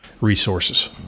resources